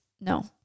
no